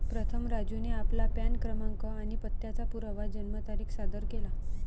प्रथम राजूने आपला पॅन क्रमांक आणि पत्त्याचा पुरावा जन्मतारीख सादर केला